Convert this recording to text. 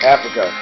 Africa